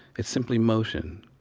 it's simply motion,